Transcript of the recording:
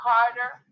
Carter